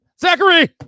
Zachary